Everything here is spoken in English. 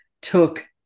took